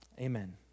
Amen